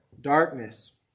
darkness